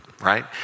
right